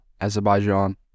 Azerbaijan